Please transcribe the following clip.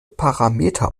parameter